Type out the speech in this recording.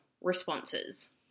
responses